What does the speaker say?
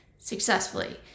Successfully